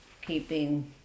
keeping